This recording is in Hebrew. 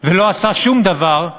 ולא עשה שום דבר,